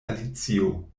alicio